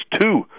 two